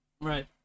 Right